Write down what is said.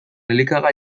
elikagai